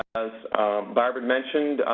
as barbara mentioned,